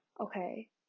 okay